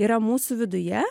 yra mūsų viduje